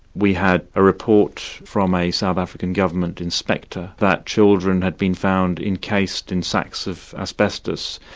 we had a report from a south african government inspector that children had been found encased in sacks of asbestos,